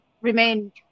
remain